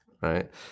right